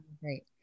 great